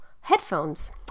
headphones